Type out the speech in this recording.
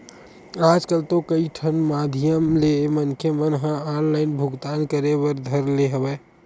आजकल तो कई ठन माधियम ले मनखे मन ह ऑनलाइन भुगतान करे बर धर ले हवय